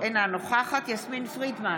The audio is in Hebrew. אינה נוכחת יסמין פרידמן,